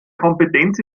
kompetenz